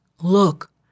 Look